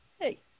Hey